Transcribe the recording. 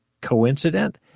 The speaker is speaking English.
coincident